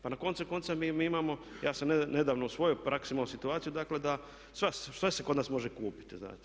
Pa na koncu konca mi imamo, ja sam nedavno u svojoj praksi imao situaciju dakle da sve se kod nas može kupiti znate.